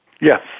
Yes